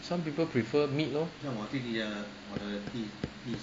some people prefer meat lor